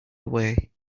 away